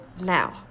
now